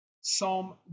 Psalm